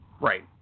Right